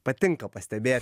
patinka pastebėt